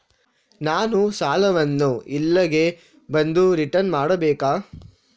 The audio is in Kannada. ನಾನು ಸಾಲವನ್ನು ಇಲ್ಲಿಗೆ ಬಂದು ರಿಟರ್ನ್ ಮಾಡ್ಬೇಕಾ?